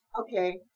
Okay